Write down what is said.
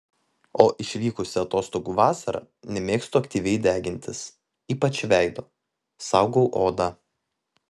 o išvykusi atostogų vasarą nemėgstu aktyviai degintis ypač veido saugau odą